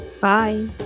Bye